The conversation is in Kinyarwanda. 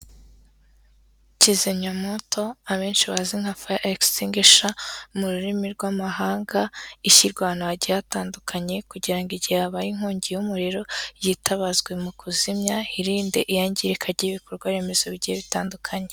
Kizimyamwonto abenshi bazi nka faya egsitingwisha mu rurimi rw'amahanga ishyirwa ahantu hagiye hatandukanye kugira ngo igihe habaye inkongi y'umuriro yitabazwe mu kuzimya hirinde iyangirika ry'ibikorwa remezo bigiye bitandukanye.